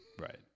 Right